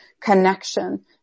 connection